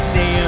Say